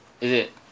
is it